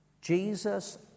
Jesus